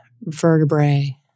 vertebrae